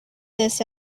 this